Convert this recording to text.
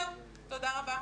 תודה רבה.